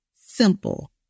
simple